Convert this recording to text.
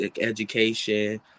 education